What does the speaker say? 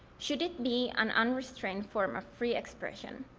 should it be an unrestrained form of free expression,